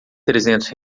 trezentos